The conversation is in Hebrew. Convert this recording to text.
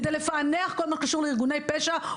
כדי לפענח כל מה שקשור לארגון פשע,